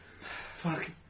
Fuck